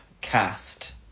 cast